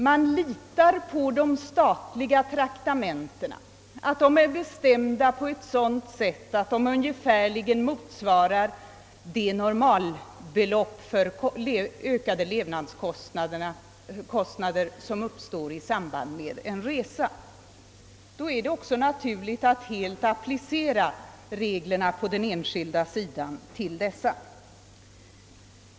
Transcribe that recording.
Man litar på att de statliga traktamentena är bestämda på ett sådant sätt att de ungefärligen motsvarar de normalbelopp för ökade levnadskostnader som uppstår i samband med en resa. Då är det också naturligt att helt applicera dessa regler på den enskilda sektorn.